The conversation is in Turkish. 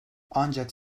ancak